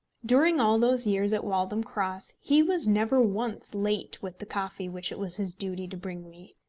during all those years at waltham cross he was never once late with the coffee which it was his duty to bring me.